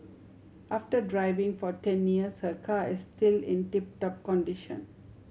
after driving for ten years her car is still in tip top condition